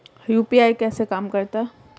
UPI कैसे काम करता है?